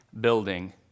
building